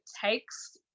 takes